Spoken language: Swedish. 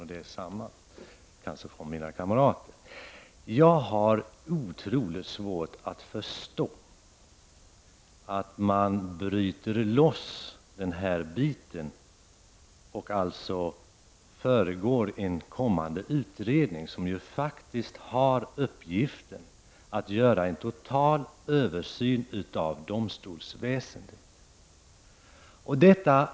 Detsamma kanske omvänt gäller för mina kamrater. Jag har svårt att förstå att man skall bryta loss denna fråga och föregripa en kommande utredning, som faktiskt har till uppgift att göra en total översyn av domstolsväsendet.